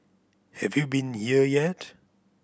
have you been here yet